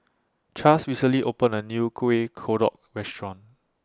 Chaz recently opened A New Kueh Kodok Restaurant